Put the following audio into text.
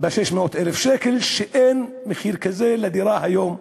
ב-600,000 שקל, ואין מחיר כזה לדירה היום.